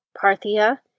Parthia